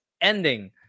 ending